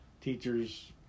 teachers